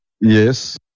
Yes